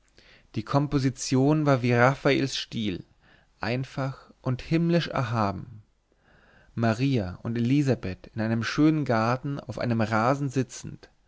die komposition war wie raffaels stil einfach und himmlisch erhaben maria und elisabeth in einem schönen garten auf einem rasen sitzend